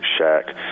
Shaq